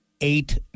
eight